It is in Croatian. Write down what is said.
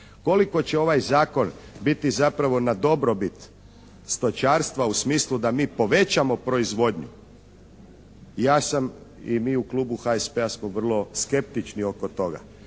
Koliko će ovaj zakon biti zapravo na dobrobit stočarstva u smislu da mi povećamo proizvodnju? Ja sam i mi u klubu HSP-a smo vrlo skeptični oko toga.